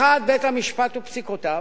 האחד, בית-המשפט ופסיקותיו,